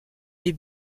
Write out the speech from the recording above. les